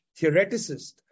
theoreticist